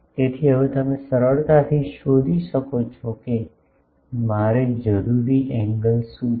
તેથી હવે તમે સરળતાથી શોધી શકો છો કે મારે જરૂરી એંગલ શું છે